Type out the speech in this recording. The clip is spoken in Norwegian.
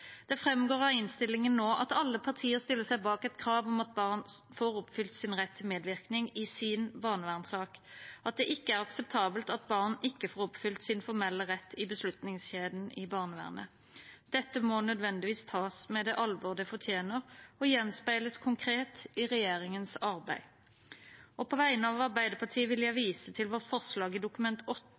Det fremgår av innstillingen nå at alle partier stiller seg bak et krav om at barn får oppfylt sin rett til medvirkning i sin barnevernssak, og at det ikke er akseptabelt at barn ikke får oppfylt sin formelle rett i beslutningskjeden i barnevernet. Dette må nødvendigvis tas med det alvor det fortjener, og gjenspeiles konkret i regjeringens arbeid. På vegne av Arbeiderpartiet vil jeg vise til vårt forslag i Dokument